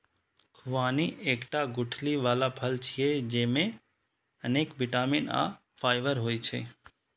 खुबानी एकटा गुठली बला फल छियै, जेइमे अनेक बिटामिन आ फाइबर होइ छै